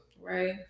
right